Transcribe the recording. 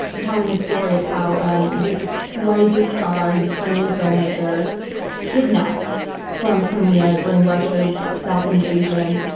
telling a story of how um this rising star ukrainian filmmaker kidnapped from crimea during russia's stealth invasion,